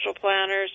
planners